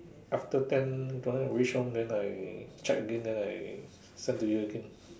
after ten when I reach home then I check again then I send to you again